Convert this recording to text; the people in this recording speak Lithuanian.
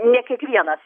ne kiekvienas